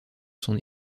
son